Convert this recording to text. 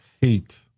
hate